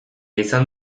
izan